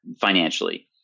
financially